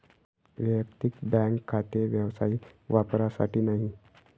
वैयक्तिक बँक खाते व्यावसायिक वापरासाठी नाही